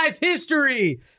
history